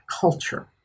culture